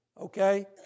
okay